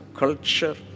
culture